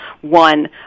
one